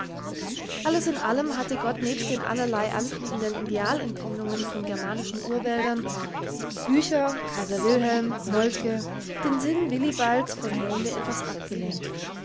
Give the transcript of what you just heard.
alles in allem hatte gott nebst den allerlei anfliegenden idealempfindungen von germanischen urwäldern blücher kaiser wilhelm moltke den sinn willibalds vom monde etwas abgelenkt